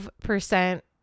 percent